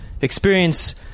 experience